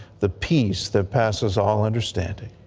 the peace that passes all understanding.